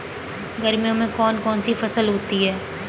गर्मियों में कौन कौन सी फसल होती है?